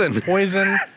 poison